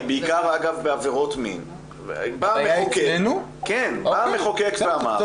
בעיקר אגב בעבירות של מין בא המחוקק ואמר --- הבעיה היא אצלנו?